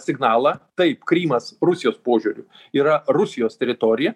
signalą taip krymas rusijos požiūriu yra rusijos teritorija